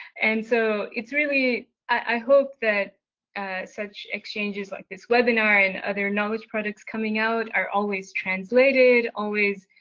and so it's really i hope that such exchanges like this webinar and other knowledge products coming out are always translated, always